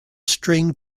string